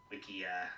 Wikia